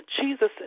Jesus